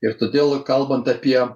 ir todėl kalbant apie